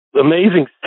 amazing